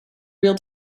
real